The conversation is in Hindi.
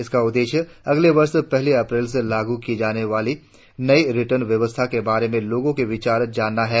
इसका उद्देश्य अगले वर्ष पहली अप्रैल से लागू की जाने वाली नयी रिटर्न व्यवस्था के बारे में लोगों के विचार जानना है